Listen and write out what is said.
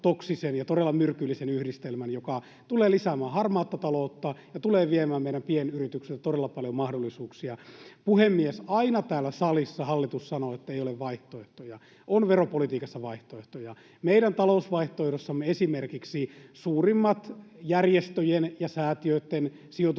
todella myrkyllisen yhdistelmän, joka tulee lisäämään harmaata taloutta ja tulee viemään meidän pienyrityksiltä todella paljon mahdollisuuksia. Puhemies! Aina täällä salissa hallitus sanoo, ettei ole vaihtoehtoja. On veropolitiikassa vaihtoehtoja. Meidän talousvaihtoehdossamme esimerkiksi suurimmat järjestöjen ja säätiöitten sijoitustuotot